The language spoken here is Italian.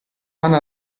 mano